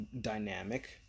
dynamic